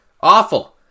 Awful